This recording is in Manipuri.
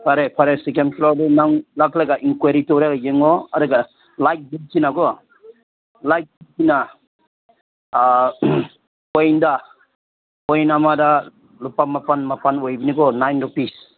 ꯐꯔꯦ ꯐꯔꯦ ꯁꯦꯀꯦꯟ ꯐ꯭ꯂꯣꯔꯗꯨ ꯅꯪ ꯂꯥꯛꯂꯒ ꯏꯟꯀ꯭ꯋꯥꯏꯔꯤ ꯇꯧꯔꯒ ꯌꯦꯡꯉꯣ ꯑꯗꯨꯒ ꯂꯥꯏꯠ ꯕꯤꯜꯁꯤꯅꯀꯣ ꯂꯥꯏꯠ ꯁꯤꯅ ꯄꯣꯏꯟꯠꯗ ꯄꯣꯏꯟꯠ ꯑꯃꯗ ꯂꯨꯄꯥ ꯃꯥꯄꯟ ꯃꯥꯄꯟ ꯑꯣꯏꯕꯅꯤ ꯀꯣ ꯅꯥꯏꯟ ꯔꯨꯄꯤꯁ